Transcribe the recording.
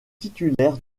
titulaire